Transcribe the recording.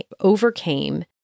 overcame